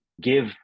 Give